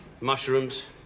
mushrooms